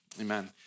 amen